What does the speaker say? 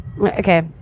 okay